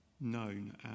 known